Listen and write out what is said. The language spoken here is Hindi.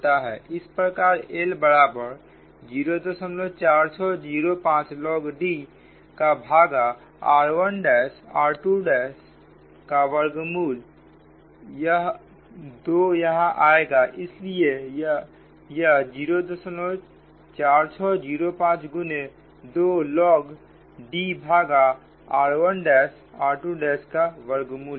इस प्रकार L बराबर 04605 log D का भागा r1 r2का वर्ग मूल यह 2 यहां आएगा इसलिए यह 0 4605 गुने 2 log D का भागा r 1r2का वर्गमूल